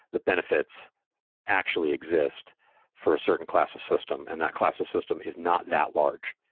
the benefits actually exist for a certain class of system, and that class of system is not that large.